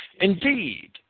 Indeed